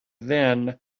then